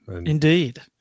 Indeed